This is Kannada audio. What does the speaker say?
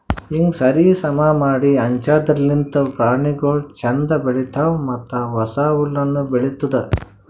ಹೀಂಗ್ ಸರಿ ಸಮಾ ಮಾಡಿ ಹಂಚದಿರ್ಲಿಂತ್ ಪ್ರಾಣಿಗೊಳ್ ಛಂದ್ ಬೆಳಿತಾವ್ ಮತ್ತ ಹೊಸ ಹುಲ್ಲುನು ಬೆಳಿತ್ತುದ್